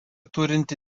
turinti